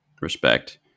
respect